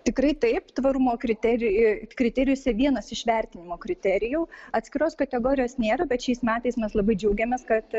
tikrai taip tvarumo kriterij kriterijus vienas iš vertinimo kriterijų atskiros kategorijos nėra bet šiais metais mes labai džiaugiamės kad